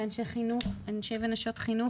לאנשי ונשות חינוך.